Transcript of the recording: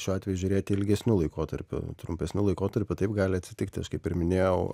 šiuo atveju žiūrėti ilgesniu laikotarpiu trumpesniu laikotarpiu taip gali atsitikti aš kaip ir minėjau